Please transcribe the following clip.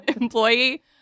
employee